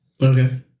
Okay